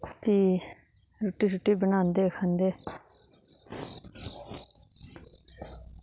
फ्ही रुट्टी शुट्टी बनांदे खंदे